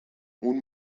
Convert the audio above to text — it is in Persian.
اون